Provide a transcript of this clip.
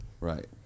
Right